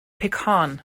pecan